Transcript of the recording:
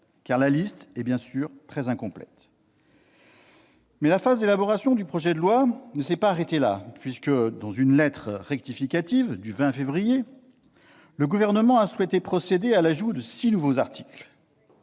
car la liste est bien sûr très incomplète. La phase d'élaboration du projet de loi ne s'est pas arrêtée là, puisque, dans une lettre rectificative du 20 février, le Gouvernement a souhaité procéder à l'ajout de six nouveaux articles.